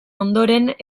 ondoren